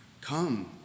come